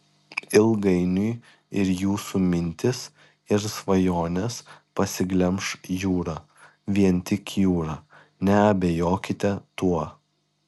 ilgainiui ir jūsų mintis ir svajones pasiglemš jūra vien tik jūra neabejokite tuo